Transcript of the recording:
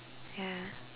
ya